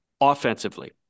offensively